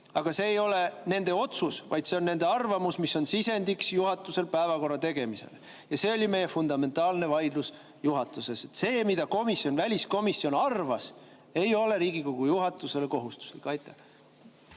Aga see ei ole nende otsus, vaid see on nende arvamus, mis on sisendiks juhatusele päevakorra tegemisel. See oli meie fundamentaalne vaidlus juhatuses. See, mida väliskomisjon arvas, ei ole Riigikogu juhatusele kohustuslik. Aitäh!